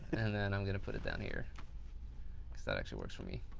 and then i'm going to put it down here because that actually works for me.